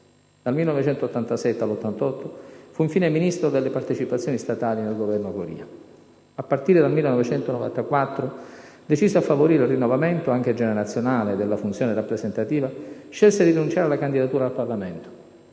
Dal 1987 al 1988 fu infine Ministro delle partecipazioni statali nel Governo Goria. A partire dal 1994, deciso a favorire il rinnovamento, anche generazionale, della funzione rappresentativa, scelse di rinunciare alla candidatura al Parlamento;